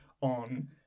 on